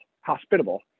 hospitable